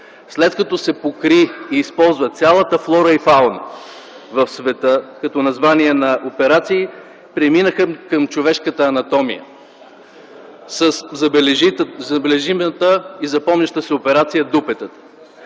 След като се покри и използва цялата флора и фауна в света като название на операции, преминаха към човешката анатомия със забележимата и запомняща се операция „дупетата”.